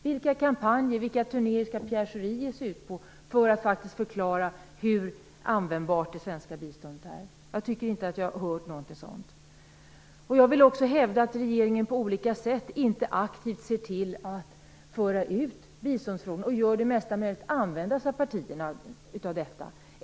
Vilka kampanjer eller turnéer skall Pierre Schori ge sig ut på för att förklara hur användbart det svenska biståndet är? Jag har inte hört något om det. Jag vill också hävda att regeringen inte aktivt ser till att föra ut biståndsfrågorna, som man skulle kunna göra genom att t.ex. använda sig av partierna.